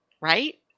Right